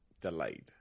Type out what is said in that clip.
delayed